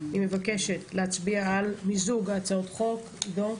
אני מבקשת להצביע על מיזוג הצעות החוק להצעת חוק אחת.